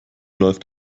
läuft